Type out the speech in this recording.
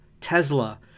tesla